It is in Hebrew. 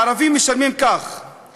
הערבים משלמים כך: